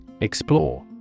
Explore